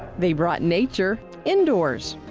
they brought nature indoors.